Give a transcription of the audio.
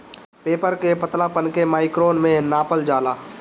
paper के पतलापन के माइक्रोन में नापल जाला